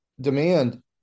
Demand